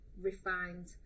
refined